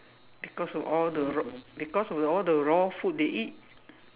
because of all the raw because of all the raw food they eat